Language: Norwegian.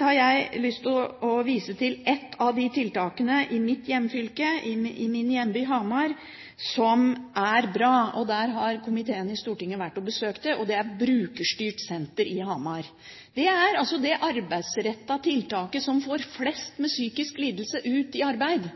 har jeg lyst til å vise til et av de tiltakene i mitt hjemfylke – i min hjemby, Hamar – som er bra. Komiteen i Stortinget har besøkt Brukerstyrt Senter Hamar. Det er det arbeidsrettede tiltaket som får flest med psykisk lidelse ut i arbeid.